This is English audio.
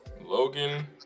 Logan